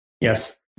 Yes